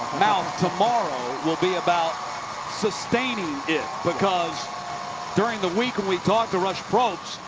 mouth tomorrow will be about sustaining it. because during the week when we talked to rush probst,